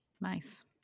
Nice